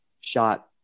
shot